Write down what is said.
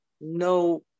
No